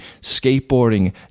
skateboarding